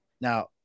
Now